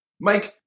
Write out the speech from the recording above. Mike